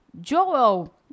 Joel